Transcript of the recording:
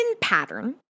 pattern